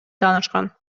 таанышкан